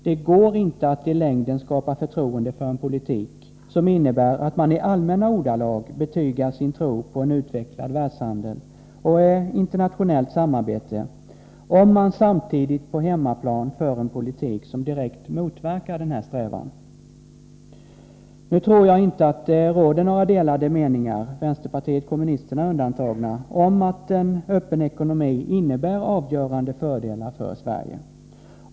Det går inte att i längden skapa förtroende för en politik som innebär att man i allmänna ordalag betygar sin tro på en utvecklad världshandel och internationellt samarbete, om man samtidigt på hemmaplan för en politik som direkt motverkar denna strävan. Jag tror inte att det råder några delade meningar — vänsterpartiet kommunisterna undantaget — om att en öppen ekonomi innebär avgörande fördelar för Sverige.